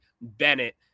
Bennett